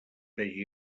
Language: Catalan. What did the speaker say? hagi